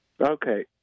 Okay